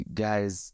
guys